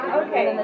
okay